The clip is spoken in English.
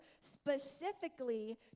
specifically